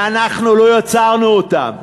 ואנחנו לא יצרנו אותן,